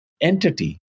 entity